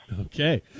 Okay